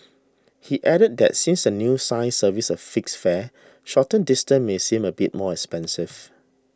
he added that since the new science service a fixed fare shorter distances may seem a bit more expensive